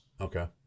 Okay